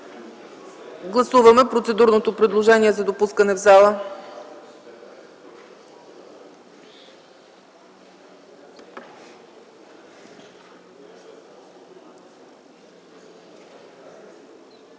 Гласуваме процедурното предложение за допускане в залата.